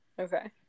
Okay